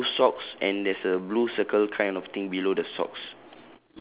with a blue socks and there's a blue circle kind of thing below the socks